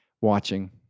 watching